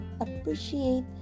appreciate